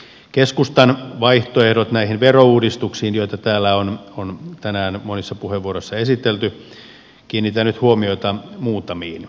keskustan vaihtoehdoista näihin verouudistuksiin joita täällä on tänään monissa puheenvuoroissa esitelty kiinnitän nyt huomiota muutamiin